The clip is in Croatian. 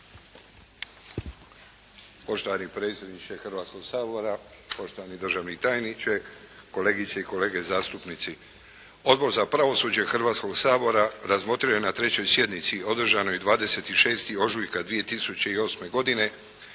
Poštovani predsjedniče Hrvatskoga sabora, poštovani državni tajniče, kolegice i kolege zastupnici. Odbor za pravosuđe Hrvatskoga sabora razmotrio je na trećoj sjednici održanoj 26. ožujka 2008. godine